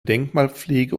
denkmalpflege